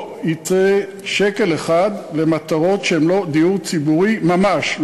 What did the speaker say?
לא יצא שקל אחד למטרות שהן לא דיור ציבורי ממש,